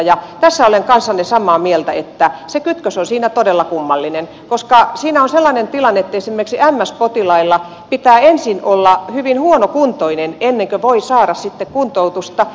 ja tässä olen kanssanne samaa mieltä että se kytkös on siinä todella kummallinen koska siinä on sellainen tilanne että esimerkiksi ms potilaan pitää ensin olla hyvin huonokuntoinen ennen kuin voi saada kuntoutusta